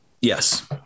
Yes